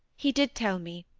he did tell me,